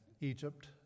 Egypt